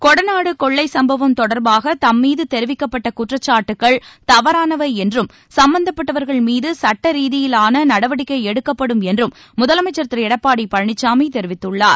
கொடநாடு கொள்ளை சம்பவம் தொடர்பாக தம்மீது தெரிவிக்கப்பட்ட குற்றச்சாட்டுக்கள் தவறானவை என்றும் சும்பந்தப்பட்டவர்கள் மீது சுட்ட ரீதியான நடவடிக்கை எடுக்கப்படும் என்றும் முதலமைச்சர் திரு எடப்பாடி பழனிசாமி தெரிவித்துள்ளார்